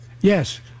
Yes